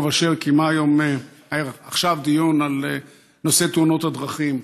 אשר קיימה עכשיו דיון על נושא תאונות הדרכים.